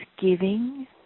giving